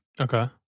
Okay